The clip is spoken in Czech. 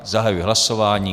Zahajuji hlasování.